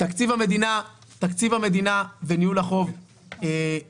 תקציב המדינה וניהול החוב ירוויחו,